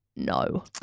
No